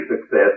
success